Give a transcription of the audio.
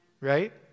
right